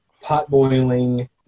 pot-boiling